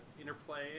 interplay